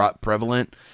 prevalent